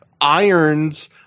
irons